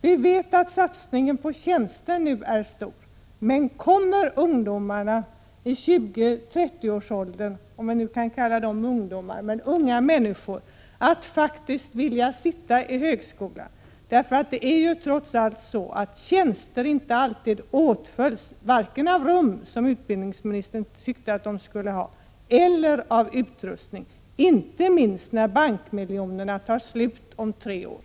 Vi vet att satsningen på tjänster nu är stor, men kommer unga människor i 25-30-årsåldern att vilja stanna kvar i högskolan? Det är trots allt så att tjänster inte alltid åtföljs vare sig av rum — som utbildningsministern tyckte att de skulle ha — eller av utrustning; speciellt gäller det när bankmiljonerna tar slut om tre år.